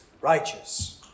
righteous